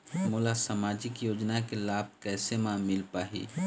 मोला सामाजिक योजना के लाभ कैसे म मिल पाही?